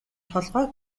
толгой